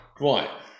Right